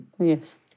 Yes